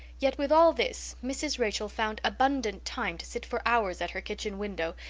yet with all this mrs. rachel found abundant time to sit for hours at her kitchen window,